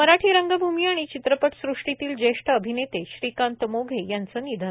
मराठी रंगभूमि आणि चित्रपट सृष्टीतील जेष्ठ अभिनेते श्रीकांत मोघे यांचं निधन